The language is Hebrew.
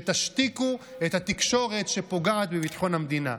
תשתיקו את התקשורת שפוגעת בביטחון המדינה,